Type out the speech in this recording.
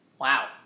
Wow